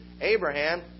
Abraham